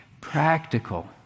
practical